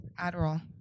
Adderall